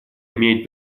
имеет